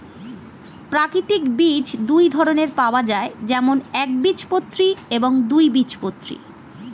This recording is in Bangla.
প্রাকৃতিক বীজ দুই ধরনের পাওয়া যায়, যেমন একবীজপত্রী এবং দুই বীজপত্রী